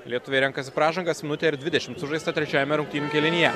lietuviai renkasi pražangas minutę ir dvidešimt sužaista trečiajame rungtynių kėlinyje